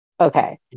okay